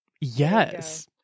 yes